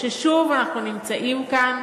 ששוב אנחנו נמצאים כאן